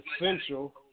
essential